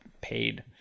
paid